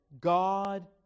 God